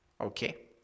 Okay